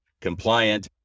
compliant